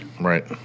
Right